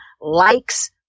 likes